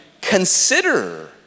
consider